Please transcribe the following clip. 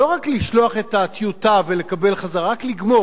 לא רק לשלוח את הטיוטה ולקבל חזרה, רק לגמור.